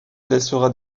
laissera